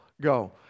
go